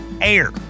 air